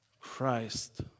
Christ